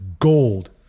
gold